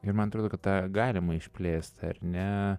ir man atrodo kad tą galima išplėsti ar ne